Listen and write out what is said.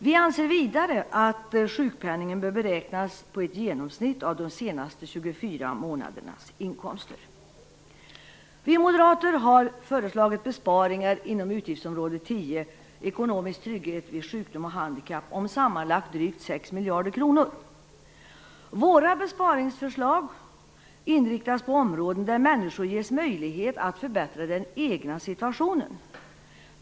Vi anser vidare att sjukpenningen bör beräknas på ett genomsnitt av de senaste 24 månadernas inkomster. Vi moderater har föreslagit besparingar inom utgiftsområde 10, ekonomisk trygghet vid sjukdom och handikapp, om sammanlagt drygt 6 miljarder kronor. Våra besparingsförslag inriktas på områden där människor ges möjlighet att förbättra den egna situationen.